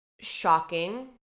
shocking